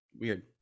weird